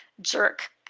jerk